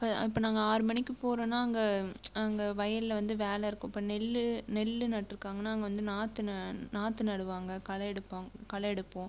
அப்போ அப்போ நாங்கள் ஆறு மணிக்கு போகிறோன்னா அங்கே அங்கே வயலில் வந்து வேலை இருக்கும் இப்போ நெல்லு நெல்லு நட்டுருக்காங்கன்னா அங்கே வந்து நாற்றுன நாற்று நடுவாங்க கலை எடுப்பாங் கலை எடுப்போம்